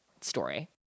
story